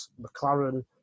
McLaren